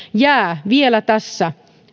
jää vielä tässä